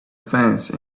fence